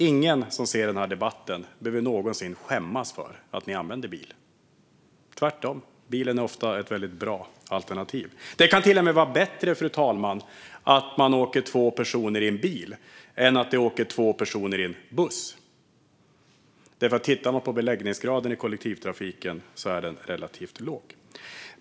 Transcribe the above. Ingen som ser denna debatt behöver någonsin skämmas för att använda bil, tvärtom. Bilen är ofta ett bra alternativ. Det kan till och med vara bättre, fru talman, att åka två personer i en bil än att åka två personer i en buss. Beläggningsgraden i kollektivtrafiken är relativt låg.